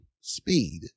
speed